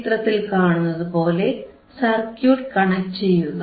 ചിത്രത്തിൽ കാണുന്നതുപോലെ circuit connect ചെയ്യുക